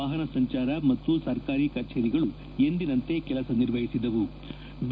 ವಾಹನ ಸಂಚಾರ ಮತ್ತು ಸರ್ಕಾರಿ ಕಚೇರಿಗಳು ಎಂದಿನಂತೆ ಕೆಲಸ ನಿರ್ವಹಿಸಿದವು ಬಿ